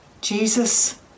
Jesus